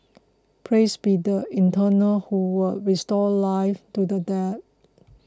praise be the Eternal who will restore life to the dead